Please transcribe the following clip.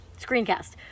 screencast